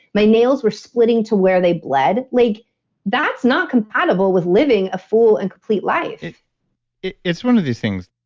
my nails were splitting to where they bled. like that's not compatible with living a full and complete life it's one of these things.